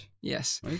Yes